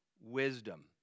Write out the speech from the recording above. wisdom